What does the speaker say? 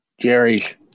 Jerry's